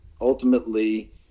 ultimately